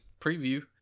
preview